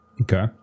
Okay